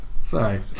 sorry